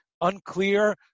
unclear